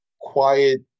quiet